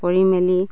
কৰি মেলি